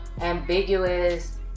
ambiguous